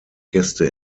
gäste